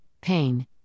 pain